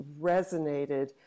resonated